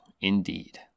indeed